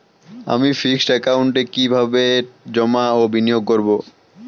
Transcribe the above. আমি ফিক্সড একাউন্টে কি কিভাবে জমা ও বিনিয়োগ করব?